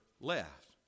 left